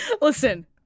listen